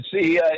see